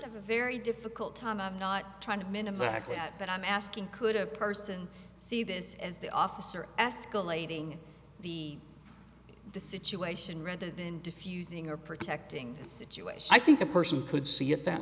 a very difficult time of not trying to minimize or actually that i'm asking could a person see this as the officer escalating the the situation rather than diffusing or protecting the situation i think a person could see it that